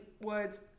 words